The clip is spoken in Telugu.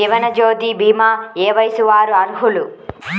జీవనజ్యోతి భీమా ఏ వయస్సు వారు అర్హులు?